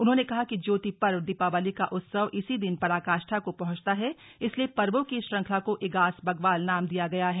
उन्होंने कहा कि ज्योति पर्व दीपावली का उत्सव इसी दिन पराकाष्ठा को पहुंचता है इसलिए पर्वों की इस श्रृंखला को इगास बग्वाल नाम दिया गया है